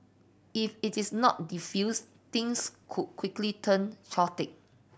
if it is not defused things could quickly turn chaotic